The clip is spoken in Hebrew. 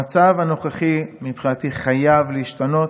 המצב הנוכחי מבחינתי חייב להשתנות.